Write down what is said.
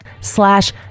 slash